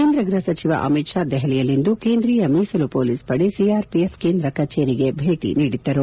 ಕೇಂದ್ರ ಗ್ಬಹ ಸಚಿವ ಅಮಿತ್ ಷಾ ದೆಹಲಿಯಲ್ಲಿಂದು ಕೇಂದ್ರೀಯ ಮೀಸಲು ಹೊಲೀಸ್ ಪಡೆ ಒಆರ್ಒಎಫ್ ಕೇಂದ್ರ ಕಚೇರಿಗೆ ಭೇಟ ನೀಡಿದ್ದರು